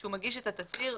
כשהוא מגיש את התצהיר,